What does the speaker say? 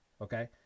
okay